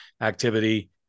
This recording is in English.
activity